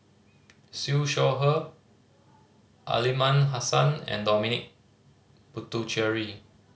Siew Shaw Her Aliman Hassan and Dominic Puthucheary